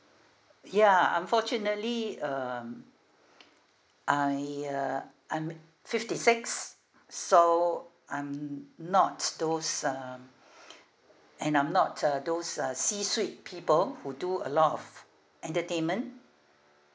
ya unfortunately um I uh I'm fifty six so I'm not those um and I'm not uh those uh sea sweet people who do a lot of entertainment